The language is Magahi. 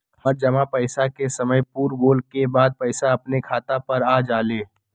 हमर जमा पैसा के समय पुर गेल के बाद पैसा अपने खाता पर आ जाले?